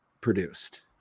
produced